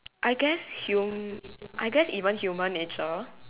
I guess hum~ I guess even human nature